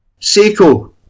Seiko